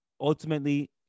ultimately